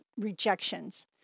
rejections